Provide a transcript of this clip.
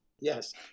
Yes